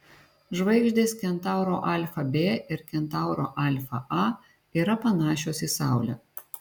žvaigždės kentauro alfa b ir kentauro alfa a yra panašios į saulę